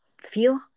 feel